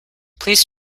please